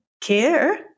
care